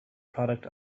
product